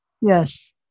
Yes